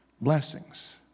Blessings